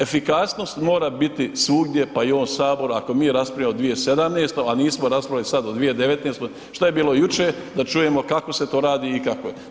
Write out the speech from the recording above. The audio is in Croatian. Efikasnost mora biti svugdje pa i u ovom Saboru ako mi raspravljamo o 2017. a nismo raspravljali sad o 2019., šta je bilo jučer, da čujemo kako se to radi i kako je.